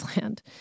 land